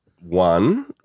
One